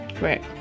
right